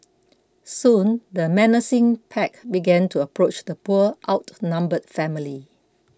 soon the menacing pack began to approach the poor outnumbered family